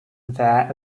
their